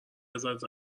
ازت